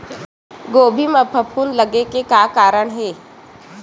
गोभी म फफूंद लगे के का कारण हे?